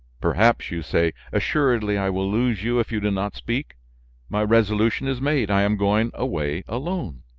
perhaps, you say? assuredly i will lose you if you do not speak my resolution is made i am going away alone.